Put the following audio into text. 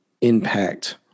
impact